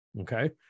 Okay